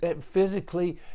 physically